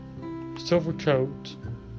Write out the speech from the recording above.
Silvercoat